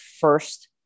first